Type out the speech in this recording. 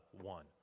one